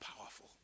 powerful